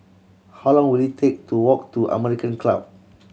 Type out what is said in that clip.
how long will it take to walk to American Club